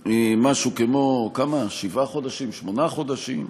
משהו כמו שבעה חודשים, שמונה חודשים.